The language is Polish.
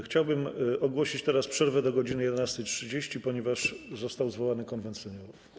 Chciałbym ogłosić teraz przerwę do godz. 11.30, ponieważ został zwołany Konwent Seniorów.